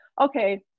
okay